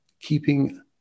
keeping